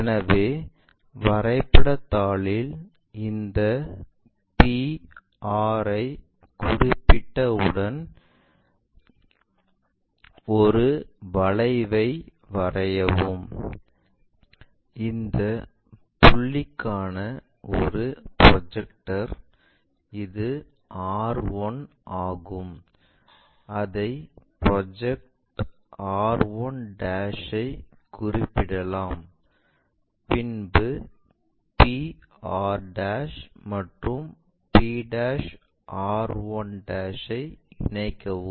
எனவே வரைபட தாளில் இந்த p r ஐ குறிப்பிட்ட உடன் ஒரு வளைவை வரையவும் இந்த புள்ளிக்கான ஒரு ப்ரொஜெக்டர் இது r 1 ஆகும் அதை ப்ரொஜெக்ட் r1 ஐ குறிப்பிடலாம் பிறகு pr மற்றும் p r1 ஐ இணைக்கவும்